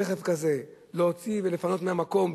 רכב כזה, להוציא ולפנות מהמקום?